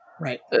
Right